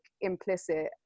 implicit